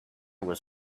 was